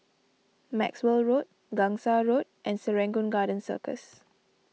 Maxwell Road Gangsa Road and Serangoon Garden Circus